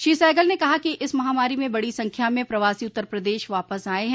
श्री सहगल ने कहा कि इस महामारी में बड़ी संख्या में प्रवासी उत्तर प्रदेश वापस आये हैं